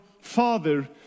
Father